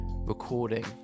recording